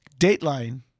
Dateline